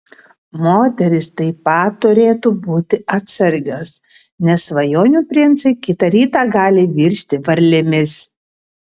moterys taip pat turėtų būti atsargios nes svajonių princai kitą rytą gali virsti varlėmis